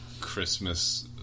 Christmas